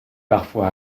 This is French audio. parfois